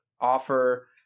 offer –